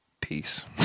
peace